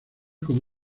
como